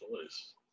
choice